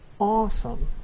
Awesome